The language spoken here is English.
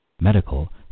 medical